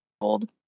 old